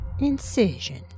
Incision